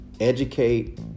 Educate